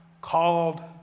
called